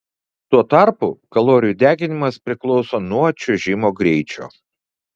tuo tarpu kalorijų deginimas priklauso nuo čiuožimo greičio